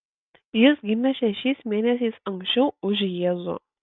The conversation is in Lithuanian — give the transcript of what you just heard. jis gimė šešiais mėnesiais anksčiau už jėzų